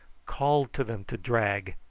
called to them to drag,